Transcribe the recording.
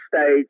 stage